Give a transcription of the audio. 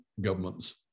government's